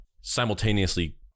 simultaneously